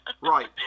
Right